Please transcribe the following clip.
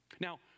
Now